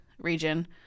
region